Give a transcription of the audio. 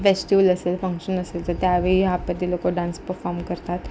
festival असेल function असेल तर त्यावेळी आपल्यातील लोकं डान्स परफॉर्म करतात